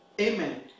Amen